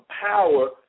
power